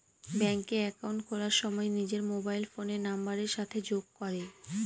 ব্যাঙ্কে একাউন্ট খোলার সময় নিজের মোবাইল ফোনের নাম্বারের সাথে যোগ করে